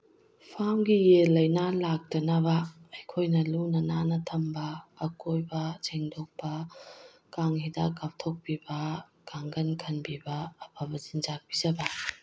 ꯐꯥꯝꯒꯤ ꯌꯦꯟ ꯂꯥꯏꯅꯥ ꯂꯥꯛꯇꯅꯕ ꯑꯩꯈꯣꯏꯅ ꯂꯨꯅ ꯅꯥꯟꯅ ꯊꯝꯕ ꯑꯀꯣꯏꯕ ꯁꯦꯡꯗꯣꯛꯄ ꯀꯥꯡ ꯍꯤꯗꯥꯛ ꯀꯥꯞꯊꯣꯛꯄꯤꯕ ꯀꯥꯡꯈꯜ ꯈꯟꯕꯤꯕ ꯑꯐꯕ ꯆꯤꯟꯖꯥꯛ ꯄꯤꯖꯕ